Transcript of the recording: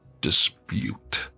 dispute